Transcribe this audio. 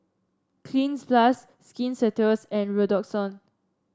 Cleanz Plus Skin Ceuticals and Redoxon